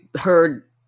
heard